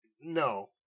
No